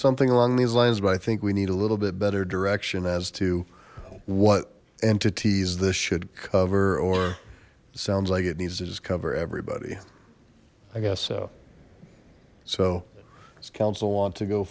something along these lines but i think we need a little bit better direction as to what entities this should cover or sounds like it needs to just cover everybody i guess so so this council want to go